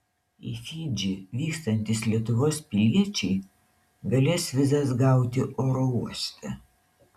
į fidžį vykstantys lietuvos piliečiai galės vizas gauti oro uoste